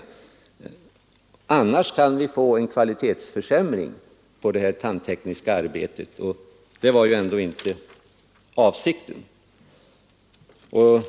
I annat fall kan vi få en kvalitetsförsämring på det tandtekniska arbetet och det var ju ändå inte avsikten.